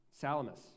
Salamis